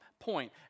point